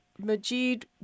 Majid